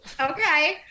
Okay